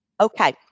Okay